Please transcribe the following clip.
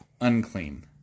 unclean